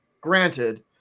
granted